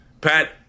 Pat